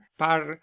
par